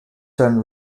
son